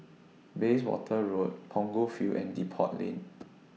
Bayswater Road Punggol Field and Depot Lane